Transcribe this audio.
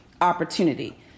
opportunity